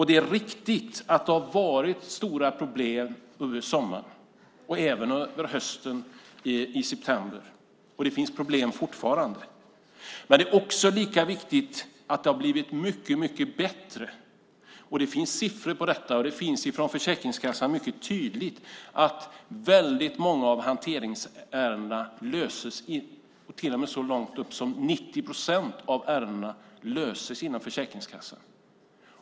Det är riktigt att det funnits stora problem under sommaren och även under hösten, i september. Och det finns fortfarande problem. Lika viktigt är det dock att komma ihåg att det blivit mycket, mycket bättre. Det finns siffror på detta från Försäkringskassan som mycket tydligt visar att väldigt många av hanteringsärendena löses. Så mycket som 90 procent av ärendena löses inom Försäkringskassan.